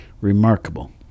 remarkable